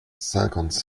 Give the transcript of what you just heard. cinquante